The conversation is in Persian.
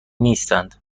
نیستند